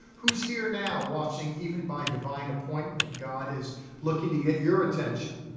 who's here now watching even by divine appointment. god is looking to get your attention.